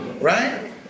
Right